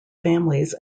families